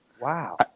wow